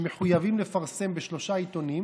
שמחויבים לפרסם בשלושה עיתונים,